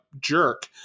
jerk